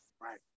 Right